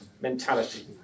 mentality